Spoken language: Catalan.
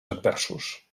adversos